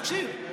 תקשיב.